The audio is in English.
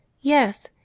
Yes